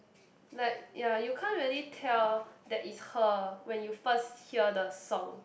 like ya you can't really tell that is her when you first hear the song